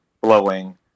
blowing